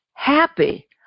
Happy